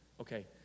Okay